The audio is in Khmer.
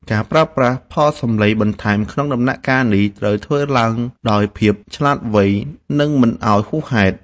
ការប្រើប្រាស់ផលសំឡេងបន្ថែមក្នុងដំណាក់កាលនេះត្រូវធ្វើឡើងដោយភាពឆ្លាតវៃ និង មិនឱ្យហួសហេតុ។